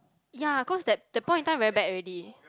ya cause that that point in time very bad already